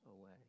away